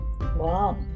Wow